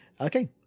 Okay